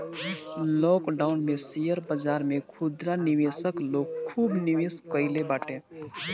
lockdown में share बाजार में खुदरा निवेशक लोग खूब निवेश कईले बाटे